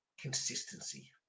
consistency